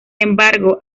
embargo